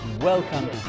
Welcome